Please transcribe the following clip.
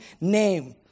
name